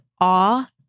awe